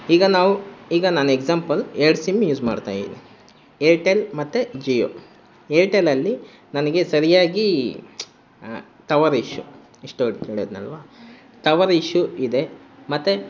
ಈಗ ನಾವು ಈಗ ನಾನು ಎಕ್ಸಾಂಪಲ್ ಎರಡು ಸಿಮ್ ಯೂಸ್ ಮಾಡ್ತಾಯಿದಿನಿ ಏರ್ಟೆಲ್ ಮತ್ತು ಜಿಯೋ ಏರ್ಟೆಲಲ್ಲಿ ನನಗೆ ಸರಿಯಾಗಿ ಟವರ್ ಇಶ್ಯೂ ಇಷ್ಟೊತ್ತು ಹೇಳದ್ನಲ್ವ ಟವರ್ ಇಶ್ಯೂ ಇದೆ ಮತ್ತು